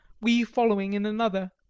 we following in another.